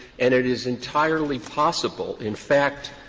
and it is entirely possible, in fact,